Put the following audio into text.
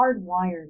hardwired